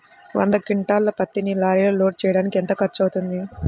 వంద క్వింటాళ్ల పత్తిని లారీలో లోడ్ చేయడానికి ఎంత ఖర్చవుతుంది?